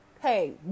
hey